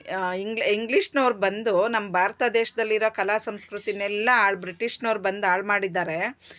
English ಇಂಗ್ಲೀಷ್ನವ್ರು ಬಂದು ನಮ್ಮ ಭಾರತ ದೇಶದಲ್ಲಿರೋ ಕಲಾ ಸಂಸ್ಕೃತಿನೆಲ್ಲಾ ಹಾಳ್ ಬ್ರಿಟಿಷ್ನವ್ರು ಬಂದು ಹಾಳ್ ಮಾಡಿದ್ದಾರೆ